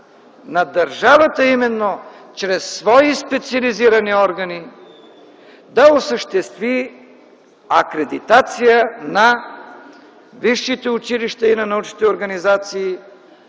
на държавата именно чрез свои специализирани органи да осъществи акредитация на висшите училища и на научните организации,